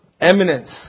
eminence